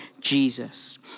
Jesus